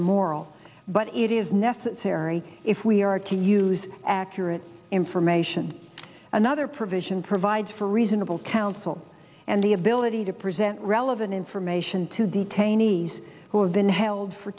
immoral but it is necessary if we are to use accurate information another provision provides for reasonable counsel and the ability to present relevant information to detainees who have been held for